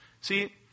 See